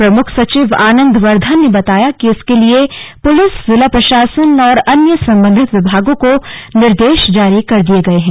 प्रमुख सचिव आनंद वर्दधन ने बताया कि इसके लिए पुलिस जिला प्रशासन और अन्य संबंधित विभागों को निर्देश जारी कर दिए गए हैं